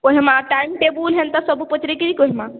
କହେମା timetable ହେନ୍ତା ସବୁ ପଚ୍ରେଇ କିରି କହେମା